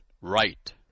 right